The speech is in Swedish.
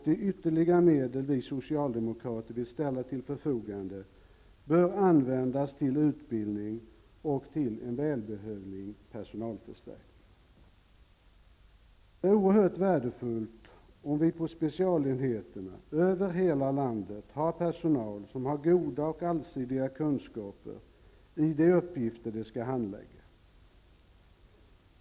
De ytterligare medel som vi socialdemokrater vill ställa till förfogande bör användas till utbildning och till en välbehövlig personalförstärkning. Det är oerhört värdefullt om vi på specialenheterna över hela landet, har personal med goda och allsidiga kunskaper i de uppgifter de skall handlägga.